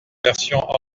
version